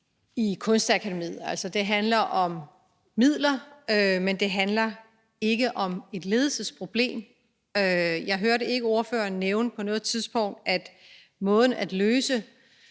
i Kunstakademiet. Altså, det handler om midler, men det handler ikke om et ledelsesproblem. Jeg hørte ikke ordføreren nævne på noget tidspunkt, at de